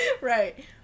right